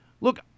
Look